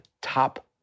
top